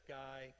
guy